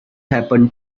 happen